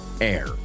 air